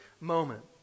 moment